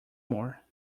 more